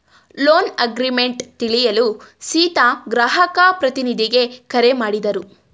loan agreement ತಿಳಿಯಲು ಸೀತಾ ಗ್ರಾಹಕ ಪ್ರತಿನಿಧಿಗೆ ಕರೆ ಮಾಡಿದರು